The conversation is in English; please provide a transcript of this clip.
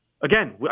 Again